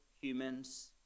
humans